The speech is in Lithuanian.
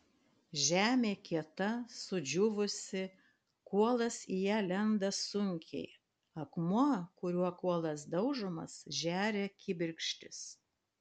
žemė kieta sudžiūvusi kuolas į ją lenda sunkiai akmuo kuriuo kuolas daužomas žeria kibirkštis